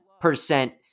percent